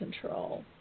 control